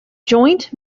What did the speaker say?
joint